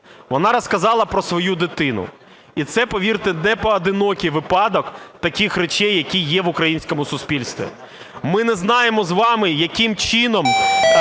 вона розказала про свою дитину. І це, повірте, непоодинокий випадок таких речей, які є в українському суспільстві. Ми не знаємо з вами, яким чином